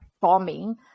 bombing